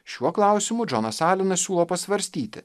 šiuo klausimu džonas alenas siūlo pasvarstyti